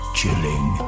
chilling